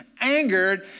angered